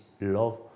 love